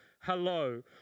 Hello